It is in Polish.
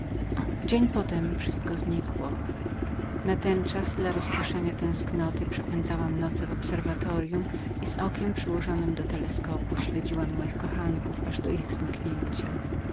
w dzień potem wszystko znikło natenczas dla uprzyjemnienia tęsknoty nieobecności przepędzałam noce w obserwatoryum i z okiem przyłożonem do teleskopu śledziłam moich kochanków aż do ich zajścia